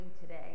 today